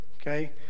Okay